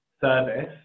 service